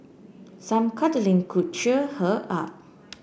some cuddling could cheer her up